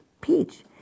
peach